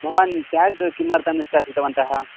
भवान् टेग् किमर्थं निष्कासितवन्तः